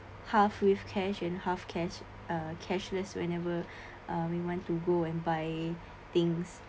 half with cash and half cash uh cashless whenever uh we want to go and buy things